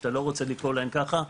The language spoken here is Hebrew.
שאתה לא רוצה לקרוא להם ככה,